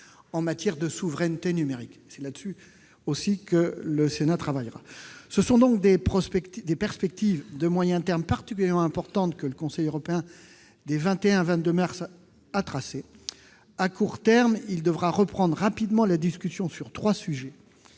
en matière de souveraineté numérique. Le Sénat travaillera également sur ce point. Ce sont donc des perspectives de moyen terme particulièrement importantes que le Conseil européen des 21 et 22 mars a tracées. À court terme, il devra reprendre rapidement la discussion sur trois sujets